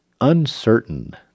uncertain